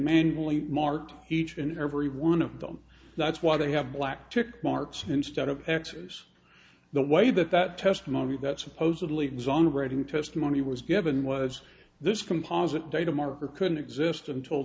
manually marked each and every one of them that's why they have black tick marks instead of axis the way that that testimony that supposedly exonerating testimony was given was this composite data marker couldn't exist until